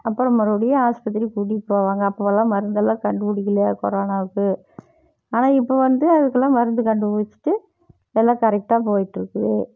அப்புறம் மறுபடியும் ஆஸ்பத்திரி கூட்டிட்டு போவாங்க அப்போல்லாம் மருந்தெல்லாம் கண்டுபிடிக்கில கொரோனாவுக்கு ஆனால் இப்போ வந்து அதுக்கெலாம் மருந்து கண்டுபிடிச்சிட்டு எல்லாம் கரெக்டாக போயிட்டிருக்கு